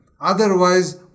Otherwise